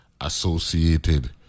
associated